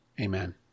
Amen